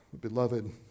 Beloved